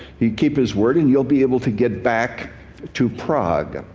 he'll keep his word and you'll be able to get back to prague.